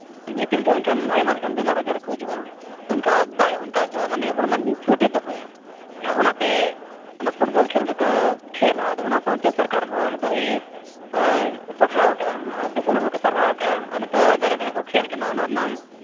ᱤᱛᱤᱞ ᱫᱚ ᱮᱱᱠᱷᱟᱱ ᱟᱭᱢᱟ ᱞᱮᱠᱟᱱ ᱵᱤᱢᱟᱨ ᱟᱡᱟᱨ ᱨᱮᱠᱚ ᱦᱤᱡᱩᱜᱼᱟ ᱚᱱᱠᱟ ᱵᱟᱭ ᱚᱱᱠᱟ ᱦᱚᱪᱚᱣᱟᱜᱼᱟ ᱢᱟᱱᱮ ᱦᱚᱲᱢᱚ ᱱᱤᱯᱷᱩᱴᱮ ᱫᱚᱦᱚᱭᱟ ᱚᱱᱟᱛᱮ ᱚᱱᱟ ᱯᱷᱩᱴᱵᱚᱞ ᱠᱷᱮᱹᱞ ᱫᱚᱠᱚ ᱠᱷᱮᱹᱞᱟ ᱟᱫᱚ ᱚᱱᱟ ᱥᱟᱶᱛᱮ ᱥᱚᱨᱠᱟᱨ ᱦᱚᱸ ᱱᱤᱛᱳᱜᱼᱮᱭ ᱥᱟᱨᱦᱟᱣ ᱠᱟᱜᱼᱟ ᱟᱨ ᱫᱤᱥᱚᱢ ᱦᱚᱲ ᱦᱚᱸᱠᱚ ᱥᱟᱨᱦᱟᱣ ᱠᱟᱜᱼᱟ ᱟᱨ ᱱᱤᱛᱳᱜ ᱡᱟᱭᱜᱟ ᱡᱟᱭᱜᱟ ᱠᱚ ᱠᱷᱮᱹᱞ ᱠᱟᱱᱟ ᱚᱱᱟ ᱨᱮᱱᱟᱝ